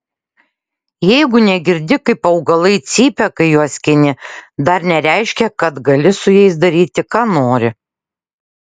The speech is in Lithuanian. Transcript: jeigu negirdi kaip augalai cypia kai juos skini dar nereiškia kad gali su jais daryti ką nori